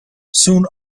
soon